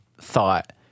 thought